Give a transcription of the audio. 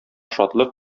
шатлык